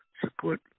Support